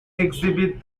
exhibit